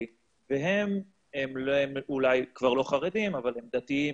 והם אולי כבר לא חרדים אבל הם דתיים,